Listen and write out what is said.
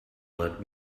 let